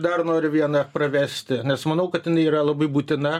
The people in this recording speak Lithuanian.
dar noriu vieną pravesti nes manau kad jin yra labai būtina